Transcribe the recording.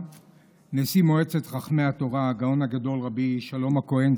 נשיא מועצת חכמי התורה הגאון הגדול רבי שלום הכהן,